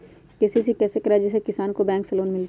KCC कैसे कराये जिसमे किसान को बैंक से लोन मिलता है?